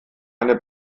eine